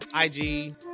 IG